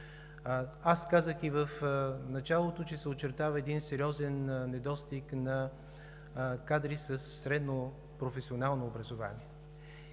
Аз казах и в началото, че се очертава един сериозен недостиг на кадри със средно професионално образование